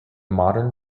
modern